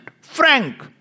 frank